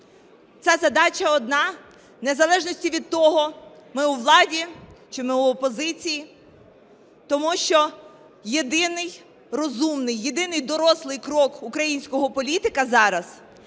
Ця задача одна в незалежності від того, ми у владі чи ми в опозиції. Тому що єдиний розумний, єдиний дорослий крок українського політика зараз –